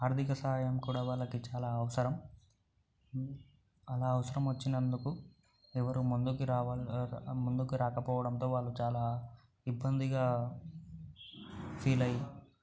ఆర్థిక సాయం కూడా వాళ్ళకి చాలా అవసరం అలా అవసరం వచ్చినందుకు ఎవరు ముందుకి రావాలి ముందుకు రాకపోవడంతో వారు చాలా ఇబ్బందిగా ఫీల్ అవి